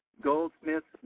goldsmiths